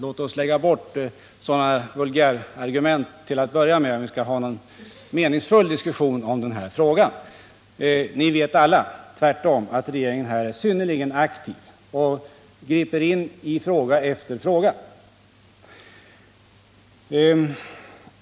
Låt oss till att börja med lägga bort sådana vulgärargument, om vi skall ha en meningsfull diskussion. Ni vet alla att regeringen här tvärtom är synnerligen aktiv och griper in i fråga efter fråga.